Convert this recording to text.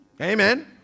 Amen